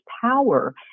power